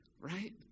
right